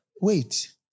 wait